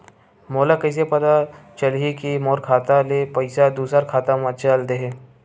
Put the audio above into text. मोला कइसे पता चलही कि मोर खाता ले पईसा दूसरा खाता मा चल देहे?